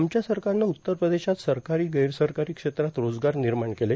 आमच्या सरकारनं उत्तर प्रदेशात सरकारी गैरसरकारी क्षेत्रात रोजगार निर्माण केले